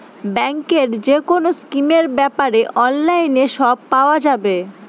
ব্যাঙ্কের যেকোনো স্কিমের ব্যাপারে অনলাইনে সব পাওয়া যাবে